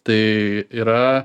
tai yra